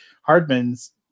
Hardman's